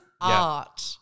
art